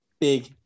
Big